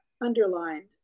underlined